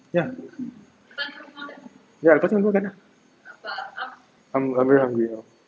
ya ya lepas ni gi makan ah I'm I'm very hungry now